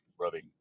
rubbing